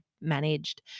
managed